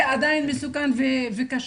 זה עדיין מסוכן וקשה.